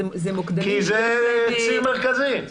זה ציר מרכזי.